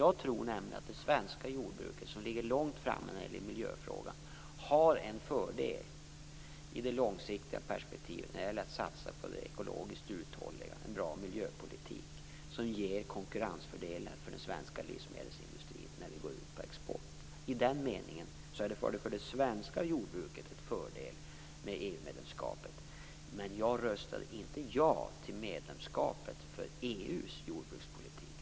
Jag tror nämligen att det svenska jordbruket, som ligger långt framme när det gäller miljöfrågan, har en fördel i det långsiktiga perspektivet när det gäller att satsa på det ekologiskt uthålliga, på en bra miljöpolitik som ger konkurrensfördelar för den svenska livsmedelsindustrin när den går ut på export. I den meningen är EU-medlemskapet en fördel för det svenska jordbruket. Men jag röstade inte ja till medlemskapet på grund av EU:s jordbrukspolitik.